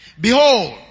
Behold